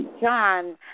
John